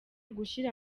gushira